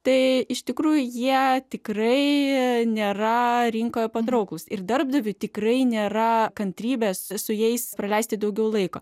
tai iš tikrųjų jie tikrai nėra rinkoje patrauklūs ir darbdaviui tikrai nėra kantrybės su jais praleisti daugiau laiko